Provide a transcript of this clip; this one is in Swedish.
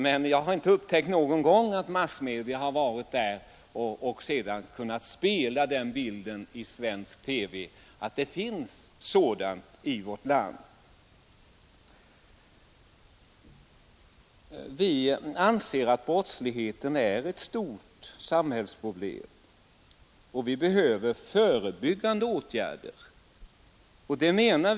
Men jag har inte någon gång upptäckt att massmedia varit där och att det sedan i svensk TV visats att något sådant förekommer i vårt land. Vi anser att brottsligheten är ett stort samhällsproblem och att det Nr 125 behövs förebyggande åtgärder på detta område.